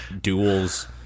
duels